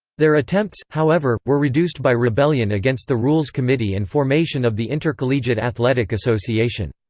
their attempts, however, were reduced by rebellion against the rules committee and formation of the intercollegiate athletic association.